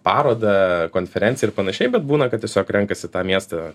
parodą konferenciją ir panašiai bet būna kad tiesiog renkasi tą miestą